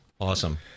Awesome